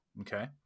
Okay